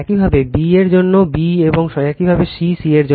একইভাবে b এর জন্যও b এবং একইভাবে c c এর জন্য